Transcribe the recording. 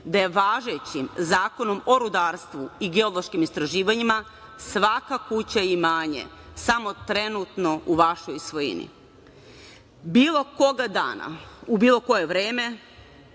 da je važećim Zakonom o rudarstvu i geološkim istraživanjima svaka kuća i imanje samo trenutno u vašoj svojini. Bilo kog dana u bilo koje vreme